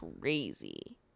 crazy